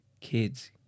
kids